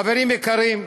חברים יקרים,